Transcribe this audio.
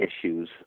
issues